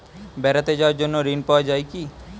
বেড়াতে যাওয়ার জন্য ঋণ পাওয়া যায় কি?